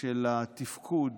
של תפקוד